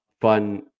fun